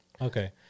Okay